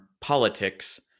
politics